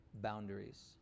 boundaries